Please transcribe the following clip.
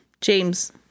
James